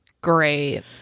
Great